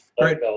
right